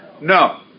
No